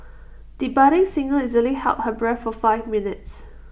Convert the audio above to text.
the budding singer easily held her breath for five minutes